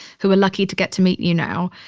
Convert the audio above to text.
who are lucky to get to meet you now,